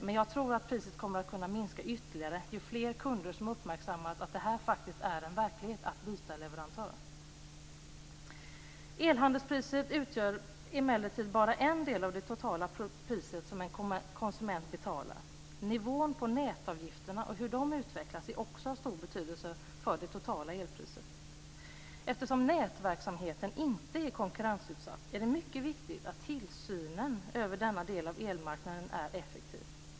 Men jag tror att priset kommer att kunna minska ytterligare ju fler kunder som uppmärksammat att det faktiskt är en verklighet att kunna byta leverantör. Elhandelspriset utgör emellertid bara en del av det totala priset som en konsument betalar. Nivån på nätavgifterna och hur de utvecklas är också av stor betydelse för det totala elpriset. Eftersom nätverksamheten inte är konkurrensutsatt är det mycket viktigt att tillsynen över denna del av elmarknaden är effektiv.